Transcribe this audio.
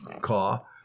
car